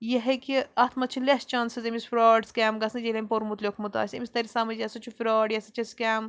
یہِ ہیٚکہِ اَتھ منٛز چھِ لٮ۪س چانسٕز أمِس فرٛاڈ سِکیم گژھنَس ییٚلہِ أمۍ پوٚرمُت لیوٚکھمُت آسہِ أمِس تَرِ سَمٕج یہِ ہسا چھُ فرٛاڈ یہِ ہسا چھےٚ سِکیم